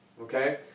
Okay